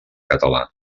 català